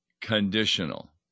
conditional